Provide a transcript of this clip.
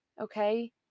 Okay